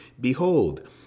Behold